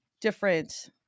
different